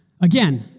Again